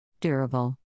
Durable